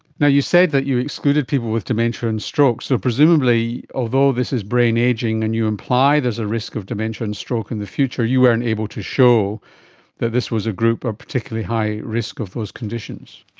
yeah you said that you excluded people with dementia and stroke, so presumably although this is brain ageing and you imply there's a risk of dementia and stroke in the future you weren't able to show that this was a group at ah particularly high risk of those conditions.